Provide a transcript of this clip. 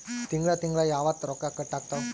ತಿಂಗಳ ತಿಂಗ್ಳ ಯಾವತ್ತ ರೊಕ್ಕ ಕಟ್ ಆಗ್ತಾವ?